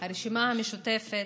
הרשימה המשותפת,